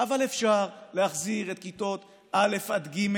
אבל אפשר להחזיר את כיתות א' עד ג',